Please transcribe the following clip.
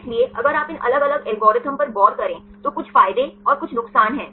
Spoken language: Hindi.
इसलिए अगर आप इन अलग अलग एल्गोरिदम पर गौर करें तो कुछ फायदे और कुछ नुकसान हैं